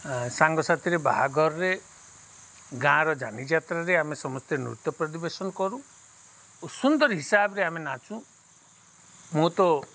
ସାଙ୍ଗସାଥିରେ ବାହାଘରରେ ଗାଁର ଯାନିଯାତ୍ରାରେ ଆମେ ସମସ୍ତେ ନୃତ୍ୟ ପ୍ରଦିବେଷନ କରୁ ସୁନ୍ଦର ହିସାବରେ ଆମେ ନାଚୁ ମୁଁ ତ